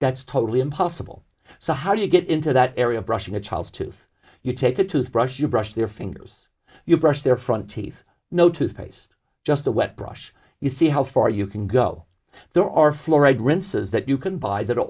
that's totally impossible so how do you get into that area brushing a child's tooth you take a tooth brush you brush their fingers you brush their front teeth no toothpaste just a wet brush you see how far you can go there are fluoride rinses that you can buy that are